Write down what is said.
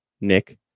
Nick